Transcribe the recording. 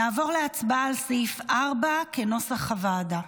נעבור להצבעה על סעיף 4 כנוסח הוועדה.